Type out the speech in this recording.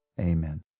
Amen